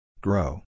Grow